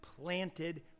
planted